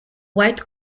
white